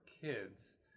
kids